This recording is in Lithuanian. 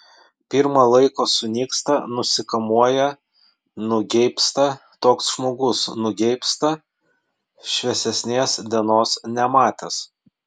pirma laiko sunyksta nusikamuoja nugeibsta toks žmogus nugeibsta šviesesnės dienos nematęs